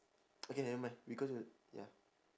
okay nevermind we go to ya